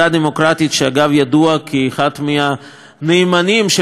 שאגב ידוע כאחד מהנאמנים של ממשל אובמה